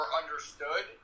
understood